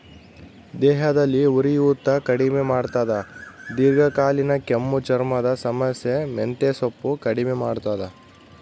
ದೇಹದಲ್ಲಿ ಉರಿಯೂತ ಕಡಿಮೆ ಮಾಡ್ತಾದ ದೀರ್ಘಕಾಲೀನ ಕೆಮ್ಮು ಚರ್ಮದ ಸಮಸ್ಯೆ ಮೆಂತೆಸೊಪ್ಪು ಕಡಿಮೆ ಮಾಡ್ತಾದ